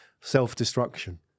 self-destruction